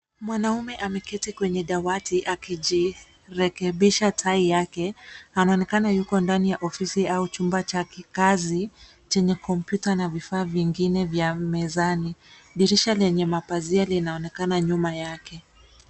Mwanaume ameketi kwenye dawati akijirekebisha tai yake, anaonekana yuko ndani ya ofisi au chumba cha kikazi chenye kompyuta na vifaa vingine vya mezani. Dirisha lenye mapazia linaoenkana nyuma yake.